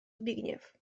zbigniew